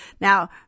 Now